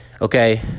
Okay